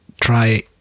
try